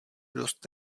dost